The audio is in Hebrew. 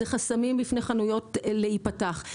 אלה חסמים בפני חנויות להיפתח.